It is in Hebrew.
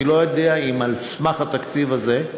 אני לא יודע אם על סמך התקציב הזה,